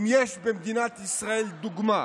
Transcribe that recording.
אם יש במדינת ישראל דוגמה